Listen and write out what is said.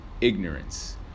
ignorance